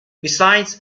besides